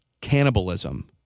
cannibalism